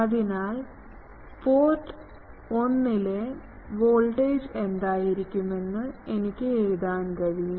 അതിനാൽ പോർട്ട് 1 ലെ വോൾട്ടേജ് എന്തായിരിക്കുമെന്ന് എനിക്ക് എഴുതാൻ കഴിയും